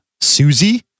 Susie